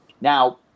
Now